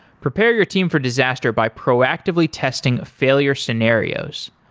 prepare your team for disaster by proactively testing failure scenarios.